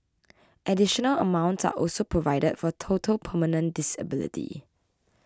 additional amounts are also provided for total permanent disability